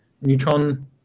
Neutron